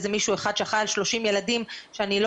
איזה מישהו אחד שאחראי על 30 ילדים שאני לא